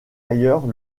ailleurs